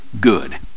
good